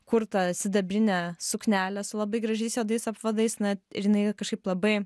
kurtą sidabrinę suknelę su labai gražiais juodais apvadais na žinai kažkaip labai